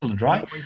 right